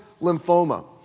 lymphoma